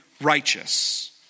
righteous